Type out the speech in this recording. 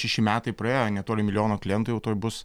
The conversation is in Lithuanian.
šeši metai praėjo netoli milijono klientų jau tuoj bus